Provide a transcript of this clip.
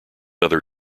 other